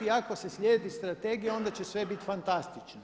Ako se slijedi Strategija onda će sve biti fantastično.